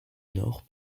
nord